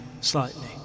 slightly